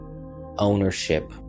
ownership